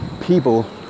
people